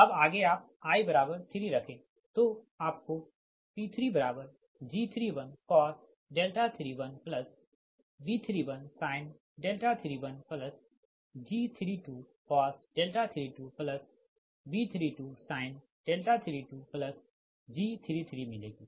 अब आगे आप i 3 रखें तो आपको P3G31cos 31 B31sin 31 G32cos 32 B32sin 32 G33मिलेगी